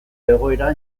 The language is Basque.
egoera